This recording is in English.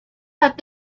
had